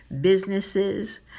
businesses